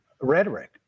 rhetoric